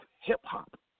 hip-hop